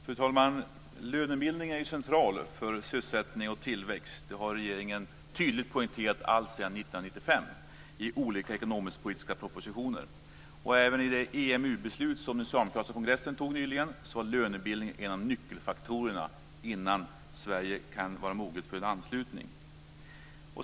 Fru talman! Lönebildningen är central för sysselsättning och tillväxt. Det har regeringen tydligt poängterat alltsedan 1995 i olika ekonomisk-politiska propositioner. Även i det EMU-beslut som den socialdemokratiska kongressen nyligen tog är lönebildningen en av nyckelfaktorerna innan Sverige kan vara moget för en anslutning.